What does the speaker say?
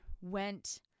went